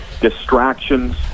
distractions